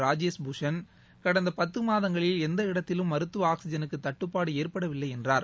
ராஜேஷ் பூஷன் கடந்த பத்து மாதங்களில் எந்த இடத்திலும் மருத்துவ ஆக்ஸிஐனுக்கு தட்டுப்பாடு ஏற்படவில்லை என்றார்